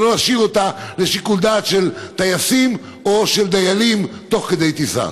ולא להשאיר אותה לשיקול הדעת של טייסים או של דיילים תוך כדי טיסה.